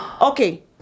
okay